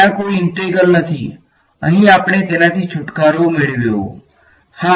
ત્યાં કોઈ ઈંટેગ્રલ નથી અહીં આપણે તેનાથી છૂટકારો મેળવ્યો હા